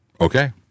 Okay